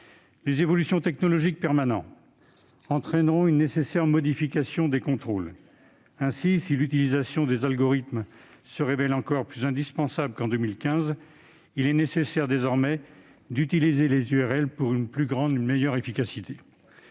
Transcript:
Les évolutions technologiques permanentes entraîneront une nécessaire modification des contrôles. Ainsi, si l'utilisation des algorithmes se révèle encore plus indispensable qu'en 2015, il est nécessaire désormais d'utiliser les URL pour une plus grande efficacité.